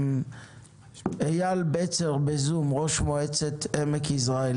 אייל בצר, ראש מועצת עמק יזרעאל,